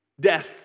Death